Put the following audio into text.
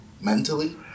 mentally